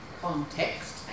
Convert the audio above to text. context